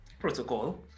protocol